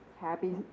happy